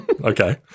Okay